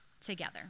together